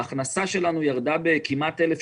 ההכנסה שלנו ירדה בכמעט 700